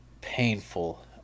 painful